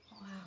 Wow